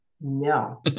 no